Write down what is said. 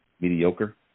mediocre